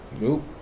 Nope